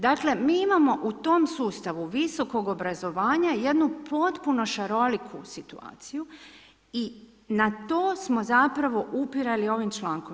Dakle, mi imamo u tom sustavu visokog obrazovanja jednu potpuno šaroliku situaciju i na to smo zapravo upirali ovom člankom.